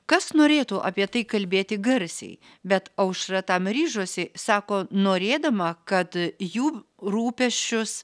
kas norėtų apie tai kalbėti garsiai bet aušra tam ryžosi sako norėdama kad jų rūpesčius